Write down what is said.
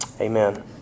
Amen